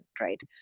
right